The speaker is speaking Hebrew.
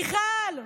מיכל,